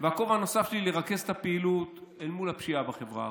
והכובע הנוסף שלי הוא לרכז את הפעילות אל מול הפשיעה בחברה הערבית,